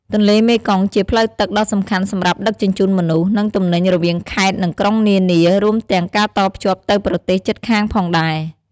ទន្លេមេគង្គជាផ្លូវទឹកដ៏សំខាន់សម្រាប់ដឹកជញ្ជូនមនុស្ស និងទំនិញរវាងខេត្តនិងក្រុងនានា រួមទាំងការតភ្ជាប់ទៅប្រទេសជិតខាងផងដែរ។